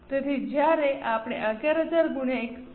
તેથી જ્યારે આપણે 11000 ગુણ્યા 1